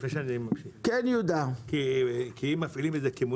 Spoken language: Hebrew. אם מפעילים את זה כמונית,